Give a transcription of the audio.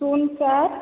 ଶୁନ ସାତ